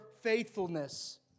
faithfulness